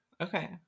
Okay